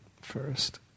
first